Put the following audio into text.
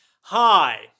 Hi